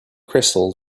crystal